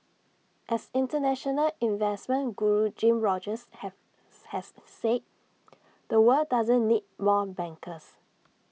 as International investment Guru Jim Rogers have has said the world doesn't need more bankers